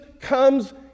comes